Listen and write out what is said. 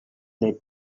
they